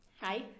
Hi